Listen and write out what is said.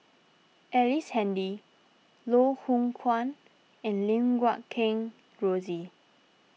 Ellice Handy Loh Hoong Kwan and Lim Guat Kheng Rosie